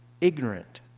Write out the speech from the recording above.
ignorant